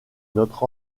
notre